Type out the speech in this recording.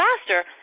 faster